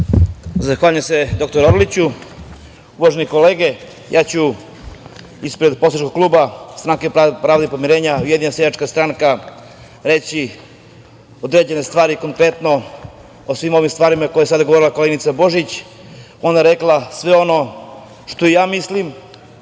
Zahvaljujem se, doktore Orliću. Uvažene kolege, ja ću ispred poslaničkog kluba Stranke pravde i pomirenja – Ujedinjena seljačka stranka reći određene stvari konkretno o svim ovim stvarima o kojima je sada govorila koleginica Božić. Ona je rekla sve ono što i ja mislim,